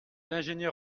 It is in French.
ingénieur